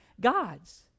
gods